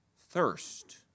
thirst